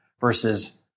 versus